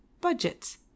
budgets